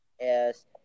Yes